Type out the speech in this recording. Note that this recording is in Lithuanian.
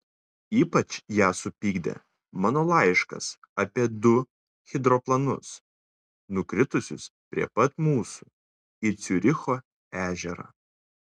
ypač ją supykdė mano laiškas apie du hidroplanus nukritusius prie pat mūsų į ciuricho ežerą